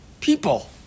people